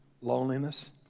loneliness